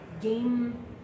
game